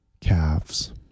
calves